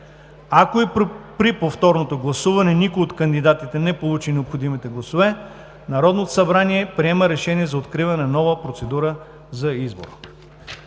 Ако и при повторното гласуване никой от кандидатите не получи необходимите гласове, Народното събрание приема решение за откриване на нова процедура за избор.“